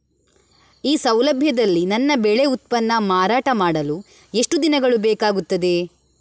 ಈ ಸೌಲಭ್ಯದಲ್ಲಿ ನನ್ನ ಬೆಳೆ ಉತ್ಪನ್ನ ಮಾರಾಟ ಮಾಡಲು ಎಷ್ಟು ದಿನಗಳು ಬೇಕಾಗುತ್ತದೆ?